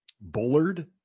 Bullard